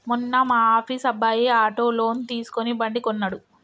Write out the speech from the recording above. మొన్న మా ఆఫీస్ అబ్బాయి ఆటో లోన్ తీసుకుని బండి కొన్నడు